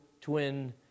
twin